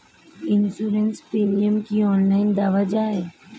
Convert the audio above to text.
Insurance premium কি online দেওয়া যায়?